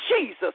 Jesus